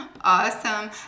awesome